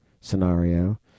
scenario